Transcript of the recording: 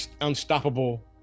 unstoppable